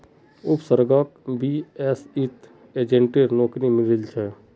उपसर्गक बीएसईत एजेंटेर नौकरी मिलील छ